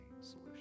solution